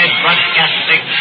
broadcasting